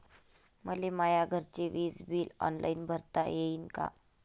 मले माया घरचे विज बिल ऑनलाईन भरता येईन का?